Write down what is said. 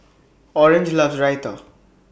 Orange loves Raita